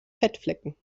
fettflecken